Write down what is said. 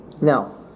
Now